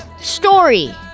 story